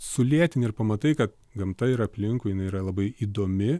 sulėtini ir pamatai kad gamta ir aplinkui jinai yra labai įdomi